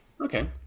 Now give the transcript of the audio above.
Okay